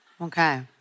Okay